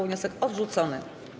Wniosek odrzucony.